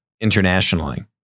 internationally